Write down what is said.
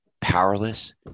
powerless